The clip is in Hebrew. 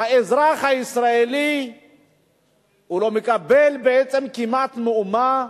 שהאזרח הישראלי לא מקבל בעצם כמעט מאומה